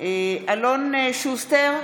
אלון שוסטר,